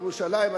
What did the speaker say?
ירושלים,